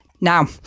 Now